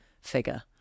figure